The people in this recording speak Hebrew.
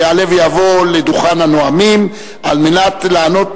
שיעלה ויבוא לדוכן הנואמים על מנת לענות